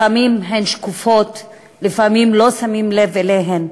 לפעמים הן שקופות ולפעמים לא שמים לב אליהן,